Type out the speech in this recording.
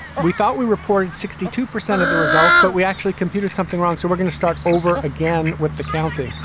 we thought we reported sixty two percent of the results, but we actually computed something wrong. so we're going to start over again with the counting.